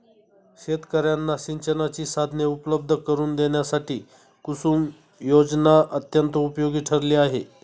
शेतकर्यांना सिंचनाची साधने उपलब्ध करून देण्यासाठी कुसुम योजना अत्यंत उपयोगी ठरली आहे